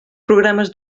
programes